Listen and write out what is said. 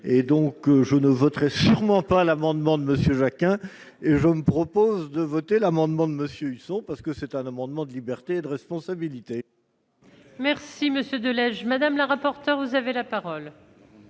et donc je ne voterai sûrement pas l'amendement de monsieur Jacquin et je me propose de voter l'amendement de monsieur sont parce que c'est un amendement de liberté de responsabilité. Merci monsieur Delage Madame la rapporteure, vous avez la parole.